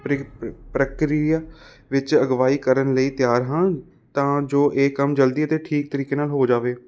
pre ਪ੍ਰੀਕਿਰਿਆ ਵਿੱਚ ਅਗਵਾਈ ਕਰਨ ਲਈ ਤਿਆਰ ਹਾਂ ਤਾਂ ਜੋ ਇਹ ਕੰਮ ਜਲਦੀ ਅਤੇ ਠੀਕ ਤਰੀਕੇ ਨਾਲ ਹੋ ਜਾਵੇ